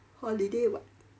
holiday [what]